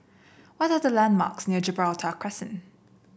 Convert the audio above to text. what are the landmarks near Gibraltar Crescent